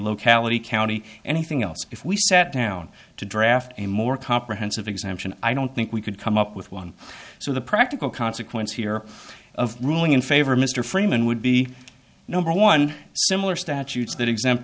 locality county anything else if we sat down to draft a more comprehensive exemption i don't think we could come up with one so the practical consequence here of ruling in favor of mr freeman would be number one similar statutes that exempt